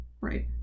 Right